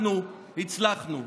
אנחנו הצלחנו.